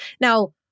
Now